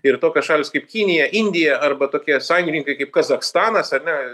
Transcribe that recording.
ir tokios šalys kaip kinija indija arba tokie sąjungininkai kaip kazachstanas ar ne